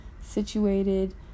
situated